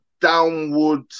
downward